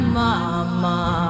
mama